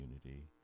community